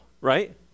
right